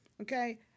okay